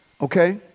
Okay